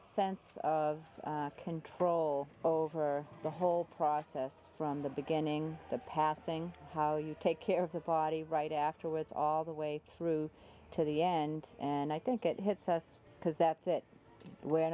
sense of control over the whole process from the beginning the passing how you take care of the body right afterwards all the way through to the end and i think it hits us because that's it we're